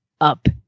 up